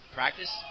practice